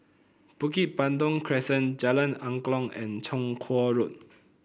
Bukit Batok Crescent Jalan Angklong and Chong Kuo Road